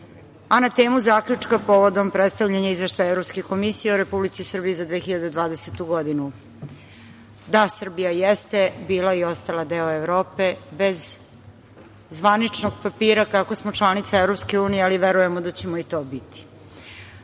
a na temu zaključka povodom predstavljanja Izveštaja Evropske komisije o Republici Srbiji za 2020. godinu. Da, Srbija jeste bila i ostala deo Evrope bez zvaničnog papira kako smo članica EU, ali verujemo da ćemo i to biti.